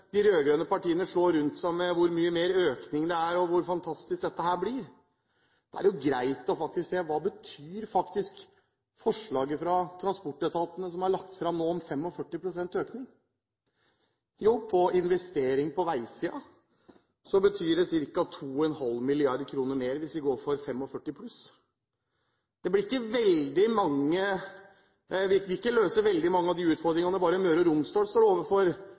de rød-grønne partiene slår rundt seg med hvor mye mer økning det er, og hvor fantastisk dette blir. Da er det greit å se på hva forslaget som er lagt fram fra transportetatene om 45 pst. økning, betyr. Jo, når det gjelder investering på veisiden, betyr det ca. 2,5 mrd. kr mer, hvis vi går for 45 pst. pluss. Det vil ikke løse veldig mange av de utfordringene bare Møre og Romsdal står overfor,